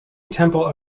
temple